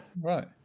right